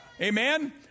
Amen